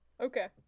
okay